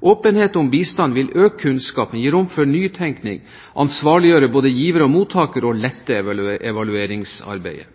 Åpenhet om bistanden vil øke kunnskapen og gi rom for nytenkning, ansvarliggjøre både giver og mottaker og lette evalueringsarbeidet.